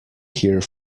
here